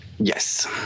Yes